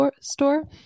store